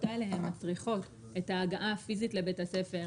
האלה הן מצריכות את ההגעה הפיזית לבית הספר,